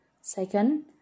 Second